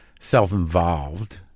self-involved